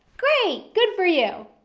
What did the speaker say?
great! good for you.